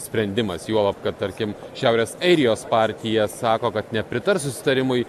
sprendimas juolab kad tarkim šiaurės airijos partija sako kad nepritars susitarimui